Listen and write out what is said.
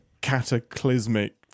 cataclysmic